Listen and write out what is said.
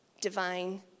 divine